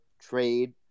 trade